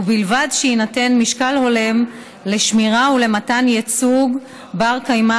ובלבד שיינתן משקל הולם לשמירה ולמתן ייצוג בר-קיימא